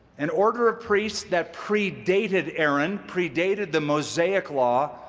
an order of priests that predated aaron, predated the mosaic law,